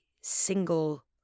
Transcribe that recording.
single